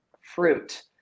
fruit